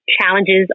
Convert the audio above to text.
challenges